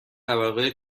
طبقه